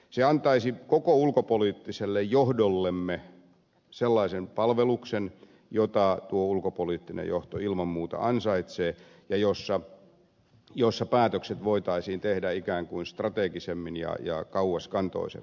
se antaisi koko ulkopoliittiselle johdollemme sellaisen palveluksen jonka tuo ulkopoliittinen johto ilman muuta ansaitsee ja silloin päätökset voitaisiin tehdä ikään kuin strategisemmin ja kauaskantoisemmin